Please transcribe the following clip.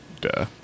duh